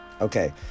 Okay